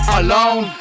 alone